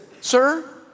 sir